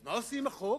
ואז מה עושים עם החוק?